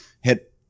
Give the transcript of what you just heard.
hit